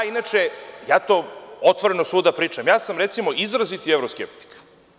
Zaista, ja to otvoreno svuda pričam, ja sam recimo izrazit evro-skeptik.